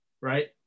Right